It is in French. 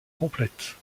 complètes